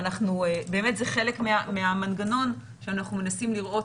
ובאמת זה חלק מהמנגנון שאנחנו מנסים לראות